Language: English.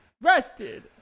Rested